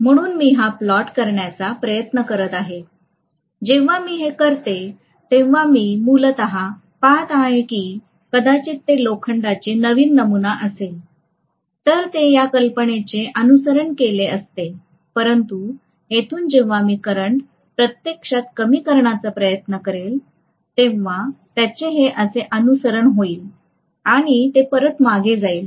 म्हणून मी हा प्लॉट करण्याचा प्रयत्न करीत आहे जेव्हा मी हे करते तेव्हा मी मूलत पाहत आहे की कदाचित ते लोखंडाचे नवीन नमुना असेल तर ते या कल्पनेचे अनुसरण केले असते परंतु येथून जेव्हा मी करंट प्रत्यक्षात कमी करण्याचा प्रयत्न करेन तेव्हा त्याचे हे असे अनुसरण होईल आणि ते परत मागे जाईल